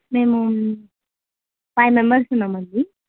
మేము five members ఉన్నామండి